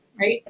Right